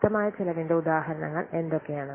വ്യക്തമായ ചിലവിന്റെ ഉദാഹരണങ്ങൾ എന്തൊക്കെയാണ്